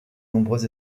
nombreux